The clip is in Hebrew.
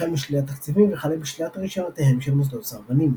החל משלילת תקציבים וכלה בשלילת רישיונותיהם של מוסדות סרבנים.